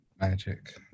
magic